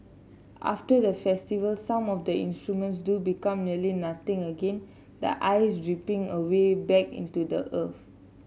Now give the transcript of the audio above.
after the festival some of the instruments do become nearly nothing again the ice dripping away back into the earth